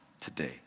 today